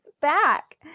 back